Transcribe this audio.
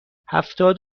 هفتاد